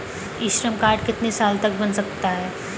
ई श्रम कार्ड कितने साल तक बन सकता है?